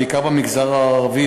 בעיקר במגזר הערבי,